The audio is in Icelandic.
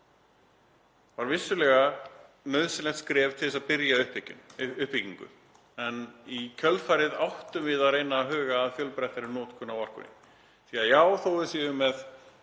Það var vissulega nauðsynlegt skref til þess að byrja uppbyggingu en í kjölfarið áttum við að reyna að huga að fjölbreyttari notkun á orkunni því að þó að við